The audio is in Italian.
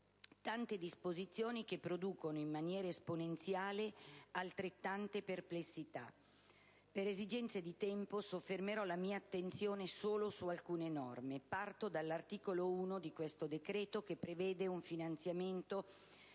tante disposizioni che producono in maniera esponenziale altrettanto perplessità). Per esigenze di tempo, mi soffermerò solo su alcune norme. Parto dall'articolo 1 di questo decreto, che prevede un finanziamento